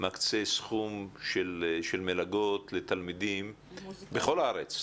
מקצה סכום של מלגות לתלמידים בכל הארץ,